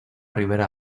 ribera